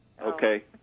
Okay